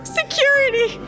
security